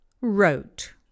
wrote